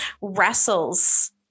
wrestles